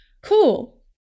Cool